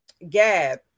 Gab